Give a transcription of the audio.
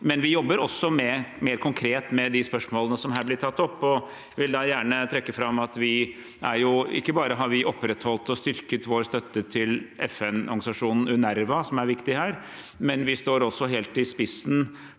men vi jobber også mer konkret med de spørsmålene som blir tatt opp her. Jeg vil da gjerne trekke fram at ikke bare har vi opprettholdt og styrket vår støtte til FN-organisasjonen UNRWA, som er viktig her, men vi står også helt i spissen